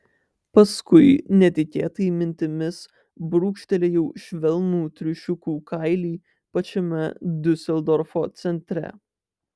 paskui netikėtai mintimis brūkštelėjau švelnų triušiukų kailį pačiame diuseldorfo centre